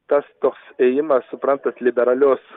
tas toks ėjimas suprantat liberalios